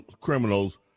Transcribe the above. criminals